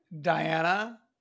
Diana